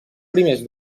primers